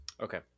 Okay